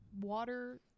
water